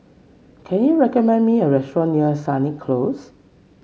can you recommend me a restaurant near Sennett Close